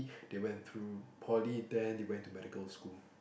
they went through poly then they went to medical school